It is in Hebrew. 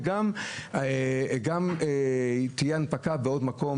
וגם תהיה הנפקה בעוד מקום,